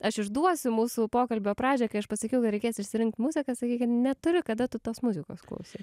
aš išduosiu mūsų pokalbio pradžią kai aš pasakiau kad reikės išsirinkt muziką sakei kas neturi kada tos muzikos klausyt